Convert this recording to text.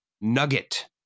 nugget